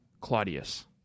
Claudius